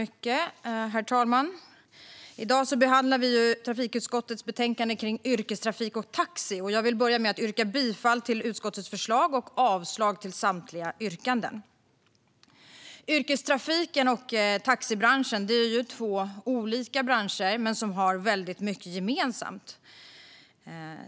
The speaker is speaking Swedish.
Herr talman! I dag behandlar vi trafikutskottets betänkande Yrkestrafik och taxi . Jag vill börja med att yrka bifall till utskottets förslag och avslag på samtliga reservationer. Yrkestrafik och taxi är två olika branscher som har mycket gemensamt.